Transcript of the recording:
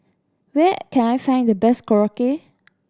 where can I find the best Korokke